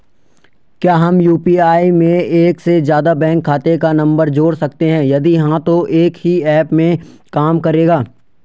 क्या हम यु.पी.आई में एक से ज़्यादा बैंक खाते का नम्बर जोड़ सकते हैं यदि हाँ तो एक ही ऐप में काम करेगा?